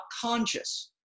conscious